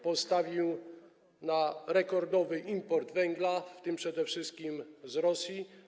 Postawił na rekordowy import węgla, w tym przede wszystkim z Rosji.